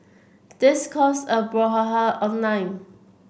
this caused a brouhaha online